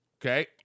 Okay